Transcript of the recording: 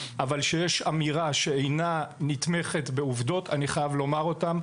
אבל כשיש אמירה שאינה נתמכת בעובדות אני חייב לומר אותה.